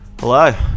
Hello